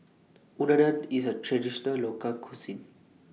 Unadon IS A Traditional Local Cuisine